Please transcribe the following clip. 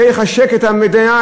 זה יחשק את המדינה,